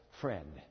friend